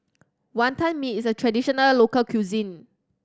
Wonton Mee is a traditional local cuisine